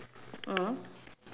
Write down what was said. but where where